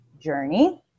journey